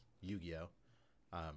Yu-Gi-Oh